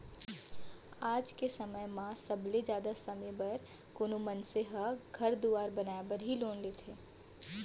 आज के समय म सबले जादा समे बर कोनो मनसे ह घर दुवार बनाय बर ही लोन लेथें